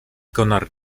konar